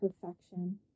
perfection